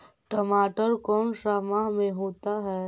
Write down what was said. टमाटर कौन सा माह में होता है?